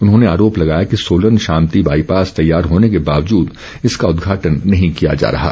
उन्होंने आरोप लगाया कि सोलन शामती बाईपास तैयार होने के बावजूद इसका उदघाटन नहीं किया जा रहा है